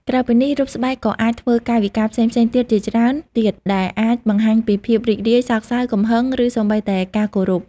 ក្រៅពីនេះ រូបស្បែកក៏អាចធ្វើកាយវិការផ្សេងៗជាច្រើនទៀត ដែលអាចបង្ហាញពីភាពរីករាយ សោកសៅ កំហឹង ឬសូម្បីតែការគោរព។